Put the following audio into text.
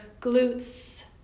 glutes